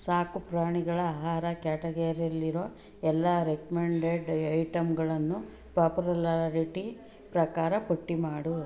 ಸಾಕುಪ್ರಾಣಿಗಳ ಆಹಾರ ಕ್ಯಾಟಗರೀಲಿರೋ ಎಲ್ಲ ರೆಕಮೆಂಡೆಡ್ ಐಟಮ್ಗಳನ್ನು ಪಾಪ್ಯುಲಾರಿಟಿ ಪ್ರಕಾರ ಪಟ್ಟಿ ಮಾಡು